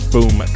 Boom